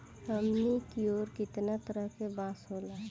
हमनी कियोर कितना तरह के बांस होला